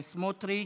סמוטריץ'